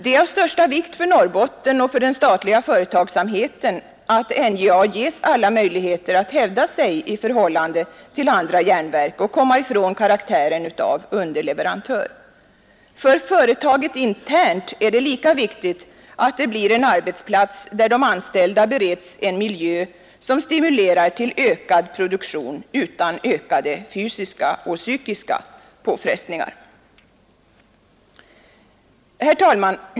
Det är av största vikt för Norrbotten och för den statliga företagsamheten att NJA ges alla möjligheter att hävda sig i förhållande till andra järnverk och komma ifrån karaktären av underleverantör. För företaget internt är det lika viktigt att det blir en arbetsplats, där de anställda bereds en miljö som stimulerar till ökad produktion utan ökade fysiska och psykiska påfrestningar.